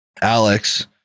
Alex